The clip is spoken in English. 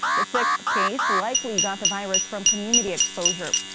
the sixth case likely got the virus from community exposure.